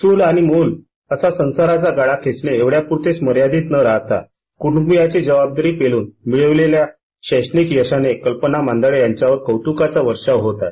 चूल आणि मूल असा संसाराचा गाडा खेचने एवढ्यापुरतेच मर्यादित न राहता कुटुंबीयांची जबाबदारी पेलून मिळवलेल्या शैक्षणिक यशामुळे कल्पना मंदाडे यांच्यावर कौतुकाचा वर्षाव होत आहे